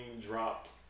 dropped